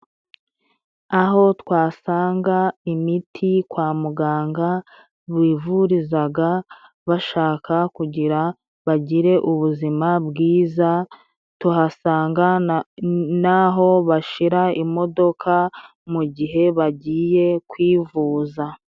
Aho twasanga imiti kwa muganga bivurizaga bashaka kugira bagire ubuzima bwiza, tuhasanga naho bashira imodoka mu gihe bagiye kwivuza.